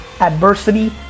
adversity